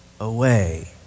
away